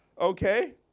Okay